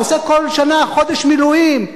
עושה כל שנה חודש מילואים.